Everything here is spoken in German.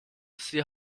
sie